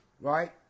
right